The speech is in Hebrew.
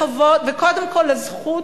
וקודם כול בזכות,